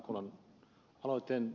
hakolan aloitteen